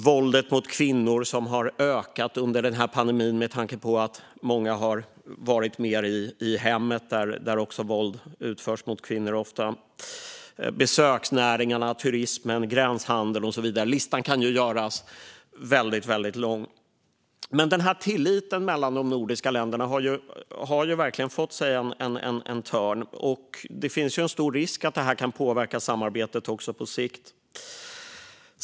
Våldet mot kvinnor har ökat under pandemin eftersom många har varit mer i hemmet, där våld mot kvinnor ofta utförs. Besöksnäringarna, turismen, gränshandeln och så vidare - listan kan göras väldigt lång. Tilliten mellan de nordiska länderna har verkligen fått sig en törn, och det finns en stor risk att detta kan påverka samarbetet också på sikt.